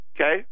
okay